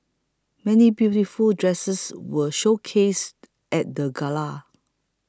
many beautiful dresses were showcased at the gala